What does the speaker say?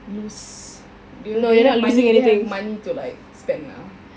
lose they they have money they have money to like spend ah